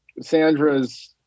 Sandra's